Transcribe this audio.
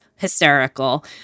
hysterical